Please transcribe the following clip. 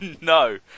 No